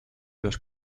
los